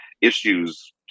issues